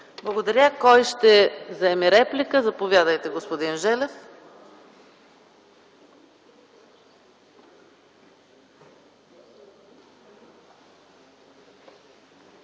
Благодаря. Кой ще вземе думата за реплика? Заповядайте, господин Желев.